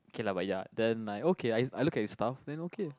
okay lah but ya then like okay I I look at his stuff then okay